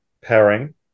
pairing